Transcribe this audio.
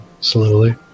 slowly